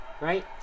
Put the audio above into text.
right